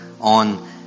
on